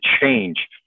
change